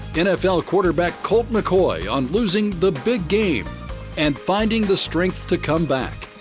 nfl quarterback colton mccoy on losing the big game and finding the strength to come back.